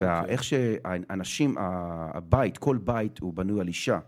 ואיך שאנשים, הבית, כל בית הוא בנוי על אישה